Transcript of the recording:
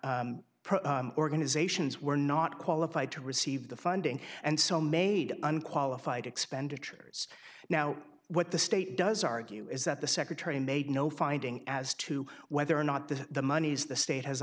organizations were not qualified to receive the funding and so made unqualified expenditures now what the state does argue is that the secretary made no finding as to whether or not that the monies the state has